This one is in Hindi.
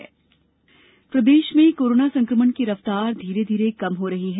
कोरोना प्रदेश प्रदेश में कोरोना संकमण की रफ़तार धीरे धीरे कम हो रही है